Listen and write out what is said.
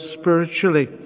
spiritually